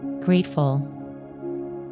grateful